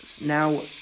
Now